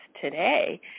today